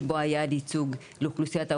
כשבמערכת הבריאות אין בכלל ייצוג בדרג הבכיר,